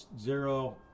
zero